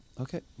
okay